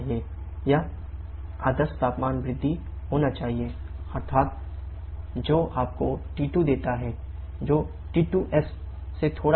यह आदर्श तापमान वृद्धि होना चाहिए अर्थात cT2s T1T2 T1 जो आपको T2 देता है जो T2s से थोड़ा अधिक होगा